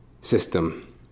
system